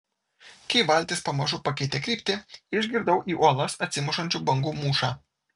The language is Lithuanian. kai valtis pamažu pakeitė kryptį išgirdau į uolas atsimušančių bangų mūšą